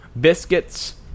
biscuits